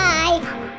Bye